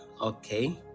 okay